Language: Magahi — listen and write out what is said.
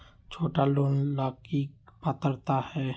छोटा लोन ला की पात्रता है?